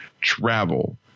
travel